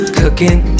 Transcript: cooking